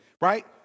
right